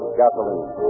gasoline